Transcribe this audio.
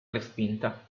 respinta